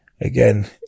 again